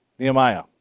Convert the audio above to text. Nehemiah